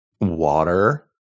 Water